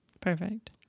Perfect